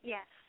Yes